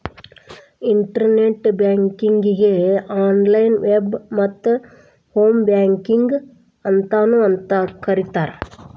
internet ಬ್ಯಾಂಕಿಂಗಗೆ online web ಮತ್ತ home banking ಅಂತಾನೂ ಕರಿತಾರ